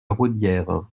raudière